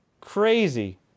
crazy